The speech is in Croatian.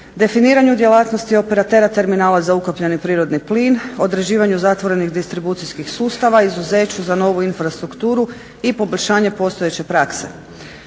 definiranju djelatnosti operatera terminala za ukopljeni prirodni plin, određivanju zatvorenih distribucijskih sustava, izuzeću za novu infrastrukturu i poboljšanje postojeće prakse.